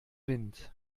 wind